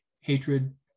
hatred